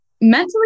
mentally